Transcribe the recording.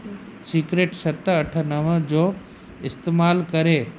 secret सत अठ नव जो इस्तेमालु करे